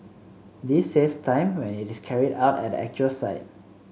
this saves time when it is carried out at the actual site